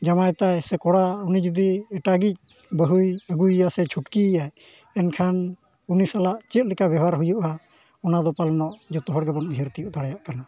ᱡᱟᱶᱟᱭ ᱛᱟᱭ ᱥᱮ ᱠᱚᱲᱟ ᱡᱩᱫᱤ ᱮᱴᱟᱜᱤᱡ ᱵᱟᱹᱦᱩᱭ ᱟᱹᱜᱩᱭᱮᱭᱟ ᱥᱮ ᱪᱷᱩᱴᱠᱤᱭᱟᱭ ᱮᱱᱠᱷᱟᱱ ᱩᱱᱤ ᱥᱟᱞᱟᱜ ᱪᱮᱫᱞᱮᱠᱟ ᱵᱮᱵᱷᱟᱨ ᱦᱩᱭᱩᱜᱼᱟ ᱚᱱᱟ ᱫᱚ ᱯᱟᱞᱮᱱᱚᱜ ᱡᱚᱛᱚ ᱦᱚᱲ ᱜᱮᱵᱚᱱ ᱩᱭᱦᱟᱹᱨ ᱛᱤᱭᱳᱜ ᱫᱟᱲᱮᱭᱟᱜ ᱠᱟᱱᱟ